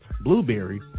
Blueberry